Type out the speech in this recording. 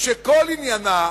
שכל עניינה,